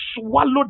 swallowed